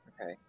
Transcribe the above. Okay